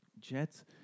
Jets